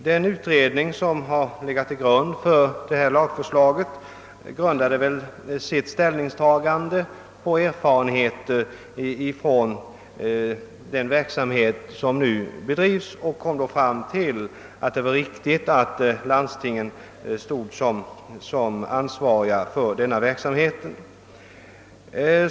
Den utredning som har legat till grund för lagförslaget grundade förmodligen sitt ställningstagande på erfarenheter från den verksamhet som nu bedrivs, och utredningen kom då fram till att det var riktigt att landstingen stod såsom ansvariga för verksamheten.